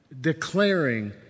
declaring